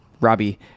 Robbie